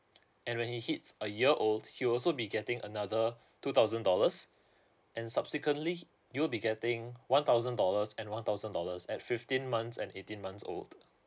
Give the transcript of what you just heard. and when he hits a year old he will also be getting another two thousand dollars and subsequently you'll be getting one thousand dollars and one thousand dollars at fifteen months and eighteen months old